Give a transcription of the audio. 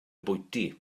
bwyty